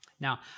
Now